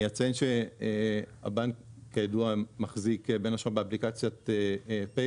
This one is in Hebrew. אני אציין שהבנק כידוע מחזיק בין השאר באפליקציית פייבוקס.